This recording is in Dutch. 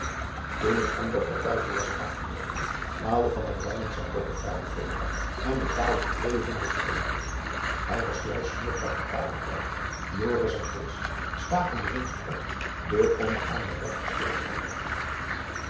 toen het homber partijtje was afgeloopen haalde van herwijnen zijn portefeuille voor den dag en betaalde twee honderd gulden hij was juist vier kapitalen kwijt joris en kees staken de winst op de omgaande rechter speelde altijd